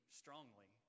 strongly